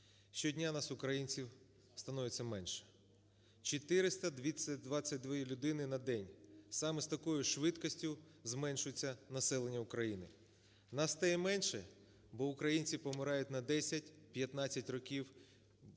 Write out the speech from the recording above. щодня нас, українців, становиться менше, 422 людини на день, саме з такою швидкістю зменшується населення України. Нас стає менше, бо українці помирають на 10-15 років